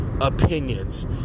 opinions